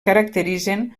caracteritzen